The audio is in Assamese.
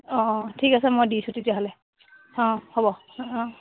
অ' ঠিক আছে মই দিছোঁ তেতিয়াহ'লে অ' হ'ব অ'